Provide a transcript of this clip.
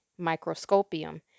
Microscopium